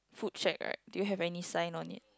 food shack right do you have any sign on it